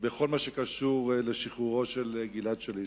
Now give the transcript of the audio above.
לכל מה שקשור לשחרורו של גלעד שליט.